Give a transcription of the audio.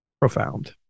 Profound